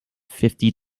fifty